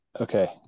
okay